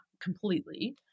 completely